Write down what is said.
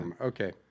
Okay